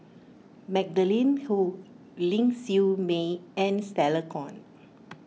Magdalene Khoo Ling Siew May and Stella Kon